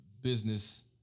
business